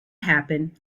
happen